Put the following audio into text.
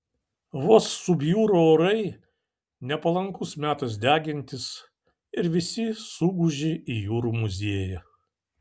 vos subjuro orai nepalankus metas degintis ir visi suguži į jūrų muziejų